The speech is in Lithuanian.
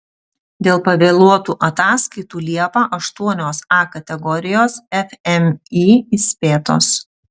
dėl pavėluotų ataskaitų liepą aštuonios a kategorijos fmį įspėtos